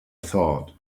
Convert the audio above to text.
thought